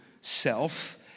self